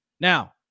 Now